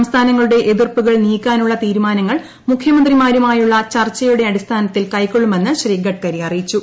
സംസ്ഥാനങ്ങളുടെ എതിർപ്പുകൾ നീക്കാനുള്ള തീരുമാനങ്ങൾ മുഖ്യമന്ത്രിമാരുമായുള്ള ചർച്ചയുടെ അടിസ്ഥാനത്തിൽ കൈക്കൊള്ളുമെന്ന് ഗഡ്കരി അറിയിച്ചു